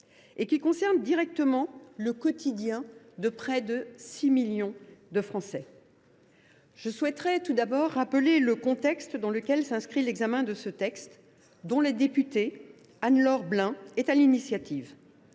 et qui concerne directement le quotidien de près de six millions de Français. Je souhaiterais tout d’abord rappeler le contexte dans lequel s’inscrit l’examen de ce texte, dont la députée Anne Laure Blin est à l’initiative.